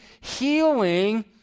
healing